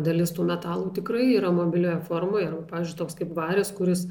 dalis tų metalų tikrai yra mobilioje formoje ir pažiui toks kaip varis kuris